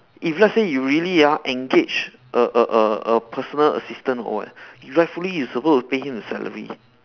if let's say you really ah engage a a a a personal assistant or what rightfully you supposed to pay him a salary